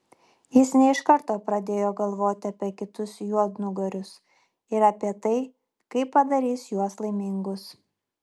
jis ne iš karto pradėjo galvoti apie kitus juodnugarius ir apie tai kaip padarys juos laimingus